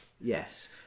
yes